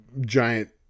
giant